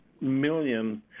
million